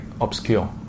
obscure